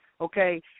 Okay